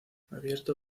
abierto